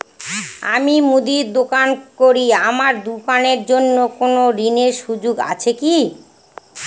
আমি মুদির দোকান করি আমার দোকানের জন্য কোন ঋণের সুযোগ আছে কি?